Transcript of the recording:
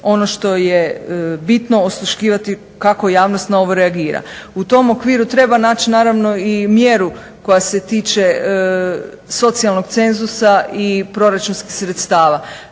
ono što je bitno osluškivati kako javnost na ovo reagira. U tom okviru treba naći naravno i mjeru koja se tiče socijalnog cenzusa i proračunskih sredstava.